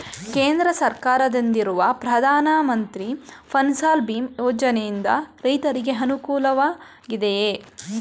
ಕೇಂದ್ರ ಸರ್ಕಾರದಿಂದಿರುವ ಪ್ರಧಾನ ಮಂತ್ರಿ ಫಸಲ್ ಭೀಮ್ ಯೋಜನೆಯಿಂದ ರೈತರಿಗೆ ಅನುಕೂಲವಾಗಿದೆಯೇ?